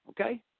Okay